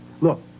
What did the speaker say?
Look